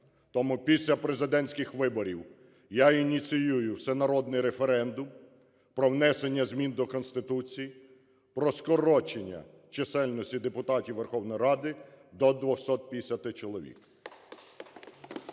Тому після президентських виборів я ініціюю всенародний референдум про внесення змін до Конституції про скорочення чисельності депутатів Верховної Ради до 250 чоловік.